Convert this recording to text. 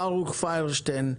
ברוך פיירשטיין.